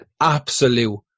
absolute